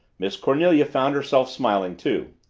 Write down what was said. miss cornelia found herself smiling too.